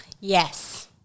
Yes